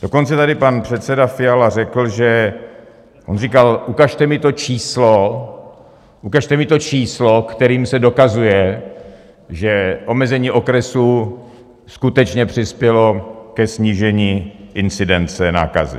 Dokonce tady pan předseda Fiala říkal: Ukažte mi to číslo, ukažte mi to číslo, kterým se dokazuje, že omezení okresů skutečně přispělo ke snížení incidence nákazy.